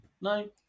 No